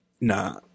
Nah